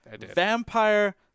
Vampire